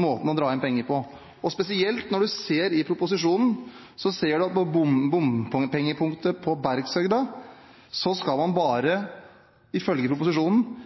måten å dra inn penger på. Spesielt ser en i proposisjonen at på bompengepunktet på Bergshøgda skal man bare, ifølge proposisjonen,